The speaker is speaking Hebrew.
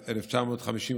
1951-1950,